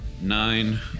Nine